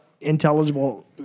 intelligible